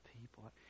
people